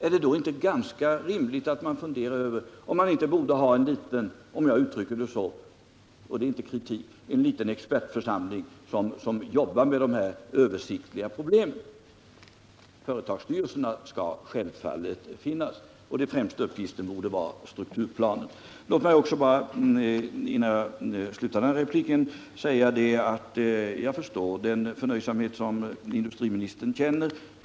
Är det då inte ganska rimligt att man funderar över om man inte borde ha en liten — om jag uttrycker det så, och det är inte kritik — expertförsamling som jobbar med de översiktliga problemen? Företagsstyrelserna skall självfallet finnas. Den främsta uppgiften borde vara strukturplanen. Låt mig också innan jag slutar repliken säga, att jag förstår den förnöjsamhet som industriministern känner.